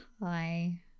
hi